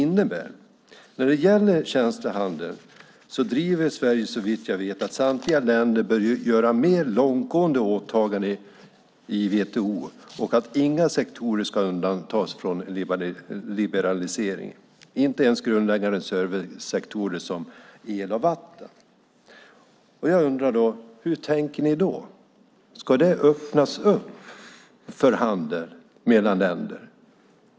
När det gäller tjänster och handel driver Sverige, såvitt jag vet, att samtliga länder bör göra mer långtgående åtaganden i WTO och att inga sektorer ska undantas från liberalisering - inte ens grundläggande servicesektorer som el och vatten. Jag undrar hur ni tänker. Ska det öppnas för handel mellan länder?